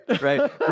Right